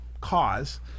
cause –